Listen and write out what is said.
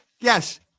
Yes